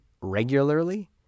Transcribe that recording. regularly